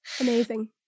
amazing